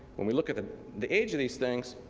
when we look at the the age of these things,